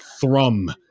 thrum